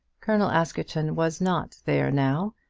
colonel askerton was not there now,